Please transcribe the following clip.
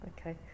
Okay